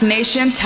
Nation